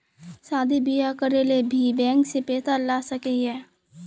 शादी बियाह करे ले भी बैंक से पैसा ला सके हिये?